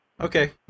Okay